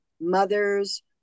mothers